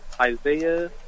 Isaiah